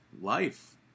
life